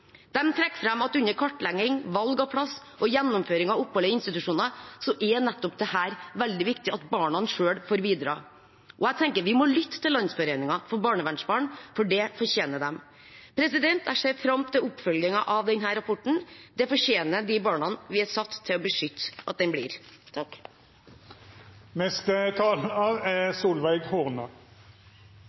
at under kartlegging, valg av plass og gjennomføring av opphold i institusjoner er nettopp det at barna selv får bidra veldig viktig. Jeg tenker vi må lytte til Landsforeningen for barnevernsbarn, for det fortjener de. Jeg ser fram til oppfølgingen av denne rapporten. De barna vi er satt til å beskytte, fortjener at den blir det. Det er